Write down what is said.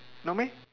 not meh